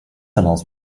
allows